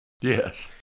Yes